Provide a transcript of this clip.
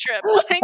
trip